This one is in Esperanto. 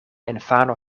infano